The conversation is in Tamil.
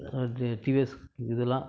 டிவிஎஸ் இதெலாம்